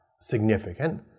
significant